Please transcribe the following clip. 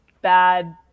bad